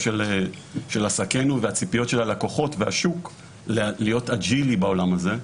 של עסקינו והציפיות של הלקוחות והשוק להיות אג'ילי בעולם הזה,